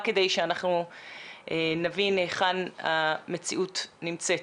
רק כדי שאנחנו נבין היכן המציאות נמצאת.